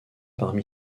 parmi